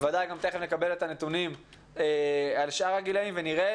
ודאי גם תכף נקבל את הנתונים על שאר הגילאים ונראה